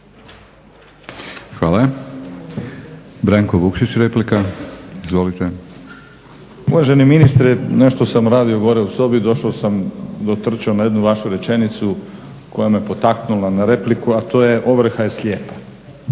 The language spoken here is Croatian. laburisti - Stranka rada)** Uvaženi ministre nešto sam radio gore u sobi, došao sam, dotrčao na jednu vašu rečenicu koja me potaknula na repliku, a to je ovrha je slijepa.